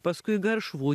paskui garšvų